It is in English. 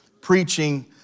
preaching